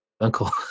uncle